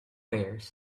wares